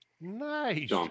Nice